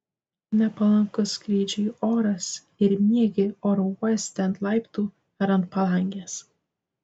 nepalankus skrydžiui oras ir miegi oro uoste ant laiptų ar ant palangės